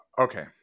okay